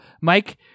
Mike